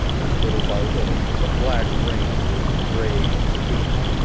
and little by little the black rain grew grey and steamy,